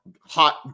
hot